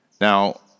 Now